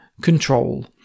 control